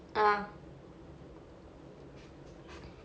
uh